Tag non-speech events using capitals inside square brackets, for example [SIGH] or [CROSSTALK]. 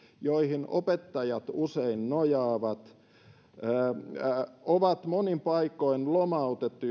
joihin opettajat usein nojaavat on monin paikoin lomautettu [UNINTELLIGIBLE]